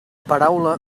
paraula